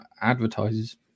advertisers